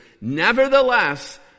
Nevertheless